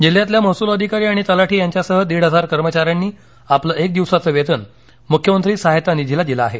जिल्ह्यातल्या महसूल अधिकारी आणि तलाठी यांच्यासह दीड हजार कर्मचाऱ्यांनी आपलं एक दिवसाचं वेतन मुख्यमंत्री सहायता निधीला दिलं आहे